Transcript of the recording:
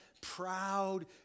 proud